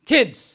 Kids